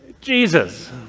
Jesus